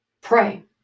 Pray